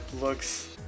looks